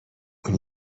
اون